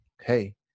hey